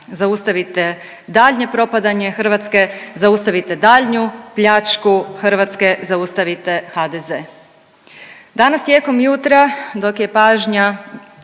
zaustavite daljnje propadanje Hrvatske, zaustavite daljnju pljačku Hrvatske, zaustavite HDZ. Danas tijekom jutra dok je pažnja